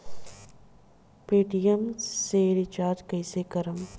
Paytm से recharge कईसे करम?